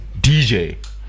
dj